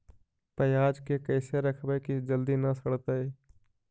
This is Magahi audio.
पयाज के कैसे रखबै कि जल्दी न सड़तै?